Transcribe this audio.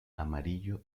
amarillo